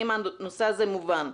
האם הנושא הזה מובן?